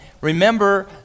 remember